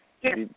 Yes